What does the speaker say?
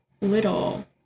little